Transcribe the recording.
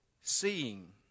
Seeing